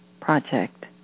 project